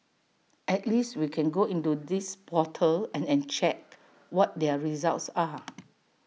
at least we can go into this portal and and check what their results are